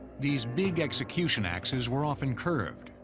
these big execution axes were often curved,